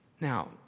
Now